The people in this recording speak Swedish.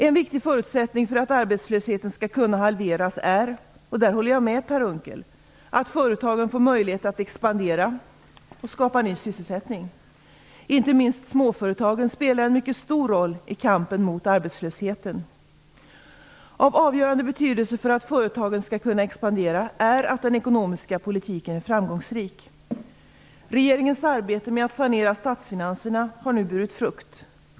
En viktig förutsättning för att arbetslösheten skall kunna halveras är - och där håller jag med Per Unckel - att företagen får möjlighet att expandera och skapa ny sysselsättning. Inte minst småföretagen spelar en mycket stor roll i kampen mot arbetslösheten. Av avgörande betydelse för att företagen skall kunna expandera är att den ekonomiska politiken är framgångsrik. Regeringens arbete med att sanera statsfinanserna har nu burit frukt.